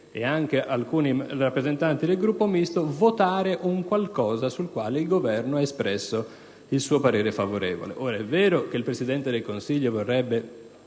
ed alcuni rappresentanti del Gruppo Misto, votare qualcosa sul quale il Governo ha espresso il suo parere favorevole. È vero che il Presidente del Consiglio vorrebbe